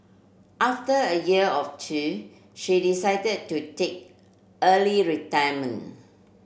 after a year or two she decided to take early retirement